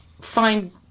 find